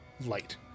light